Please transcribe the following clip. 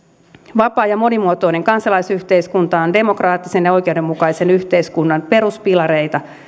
vapaa ja monimuotoinen kansalaisyhteiskunta on demokraattisen ja oikeudenmukaisen yhteiskunnan peruspilareita